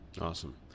Awesome